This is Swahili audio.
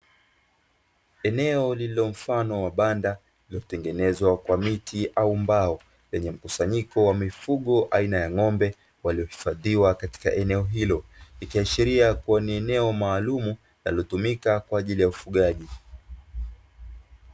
Eneo lililo mfano wa banda lililotengenezwa kwa miti au mbao, yenye mkusanyiko wa mifugo aina ya ng'ombe, waliohifadhiwa katika eneo hilo, ikiashiria kuwa ni eneo maalum linalotumika kwa ajili ya ufugaji.